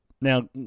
now